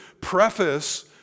preface